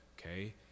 Okay